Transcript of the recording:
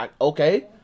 Okay